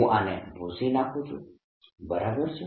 હું આને ભૂંસી નાખું છું બરાબર છે